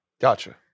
gotcha